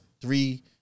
three